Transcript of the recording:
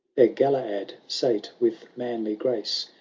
there galaad sate with manly grace.